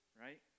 right